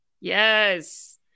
Yes